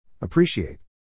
Appreciate